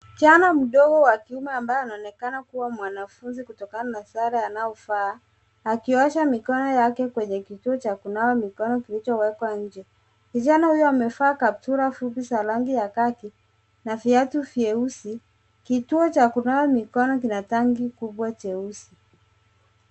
Kijana mdogo wa kiume ambaye anaonekana kuwa mwanafunzi kutokana na sare anayovaa, akiosha mikono yake kwenye kituo cha kunawa mikono kilichowekwa nje. Kijana huyu amevaa kaptura fupi za rangi ya khaki na viatu vyeusi. Kituo cha kunawa mikono kina tangi kubwa jeusi.